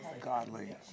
godly